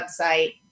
website